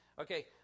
Okay